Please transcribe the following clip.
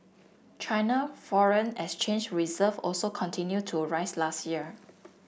China foreign exchange reserve also continued to rise last year